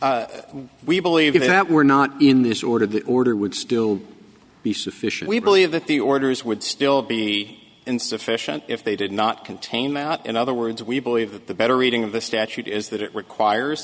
did we believe that were not in this order the order would still be sufficient we believe that the orders would still be insufficient if they did not contain mout in other words we believe that the better reading of the statute is that it requires